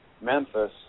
Memphis